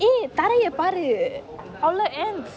eh தரையை பாரு:tharayai paaru